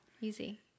easy